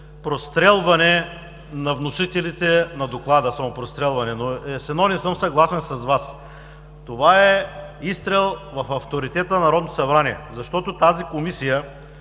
прострелване на вносителите на Доклада. Самопрострелване! С едно не съм съгласен с Вас – това е изстрел в авторитета на Народното събрание, защото тази Комисия,